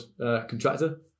contractor